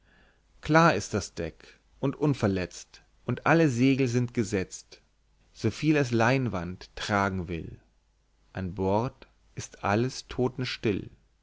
klar ist das deck und unverletzt und alle segel sind gesetzt soviel es leinwand tragen will an bord ist alles